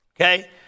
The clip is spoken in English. Okay